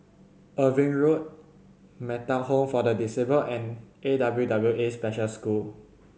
Irving Road Metta Home for the Disabled and A W W A Special School